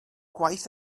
gwaith